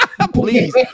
please